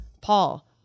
Paul